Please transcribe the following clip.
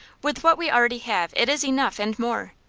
with what we already have it is enough and more.